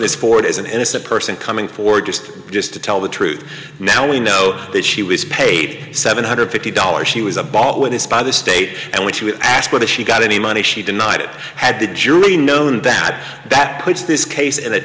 this forward as an innocent person coming forward just just to tell the truth now we know that she was paid seven hundred fifty dollars she was a ball with this by the state and when she was asked whether she got any money she denied it had the jury known that that puts this case in a